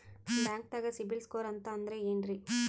ಬ್ಯಾಂಕ್ದಾಗ CIBIL score ಅಂತ ಅಂದ್ರೆ ಏನ್ರೀ?